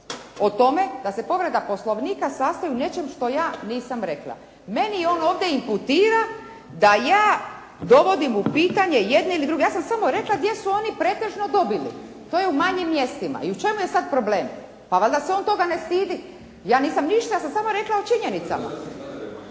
o tome da se povreda Poslovnika sastoji u nečemu što ja nisam rekla. Meni on ovdje imputira da ja dovodim u pitanje jedne ili druge. Ja sam samo rekla gdje su oni pretežno. To je u manjim mjestima. I u čemu je sad problem? Pa valjda se on toga ne stidi. Ja nisam ništa, ja sam samo rekla u činjenicama.